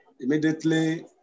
Immediately